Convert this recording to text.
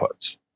inputs